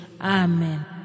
Amen